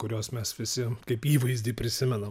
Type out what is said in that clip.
kuriuos mes visi kaip įvaizdį prisimenam